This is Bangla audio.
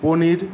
পনির